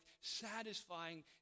satisfying